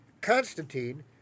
Constantine